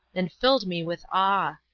and filled me with awe.